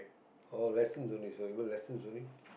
oh lessons only so you go learn lessons only